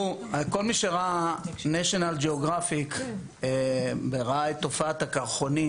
כל מי שראה נשיונל ג'יאוגרפיק וראה את תופעת הקרחונים,